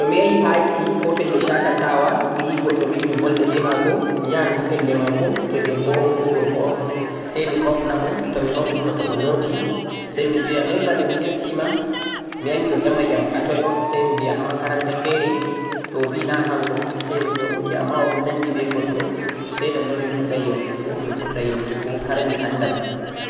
To mi yahi party, ko pelle shakatawa, mi yi goɗɗo mi yiɗi mi bolda be maako, mi yahan ha pelle maako to debbo un ko gorko on say mi hofna mo, to mi hofni mo to o noti say mi biya noy bana mi hefti ma?, mi anndi o ƴamay am hatoy un?, say mi biya ha 'makaranta' feere, to obi na hanko, say mi biya okay, ammaa o ɗon nannddi be goɗɗo say diga nonnon min fuɗɗay yawtugo, min fuɗɗay yawtugo har mi annda mo.